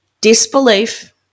disbelief